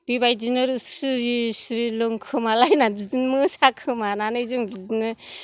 बेबायदिनो सिरि सिरि लोंखोमालायना बिदि मोसाखोमानानै जों बिदिनो